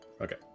Okay